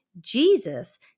Jesus